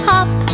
Hop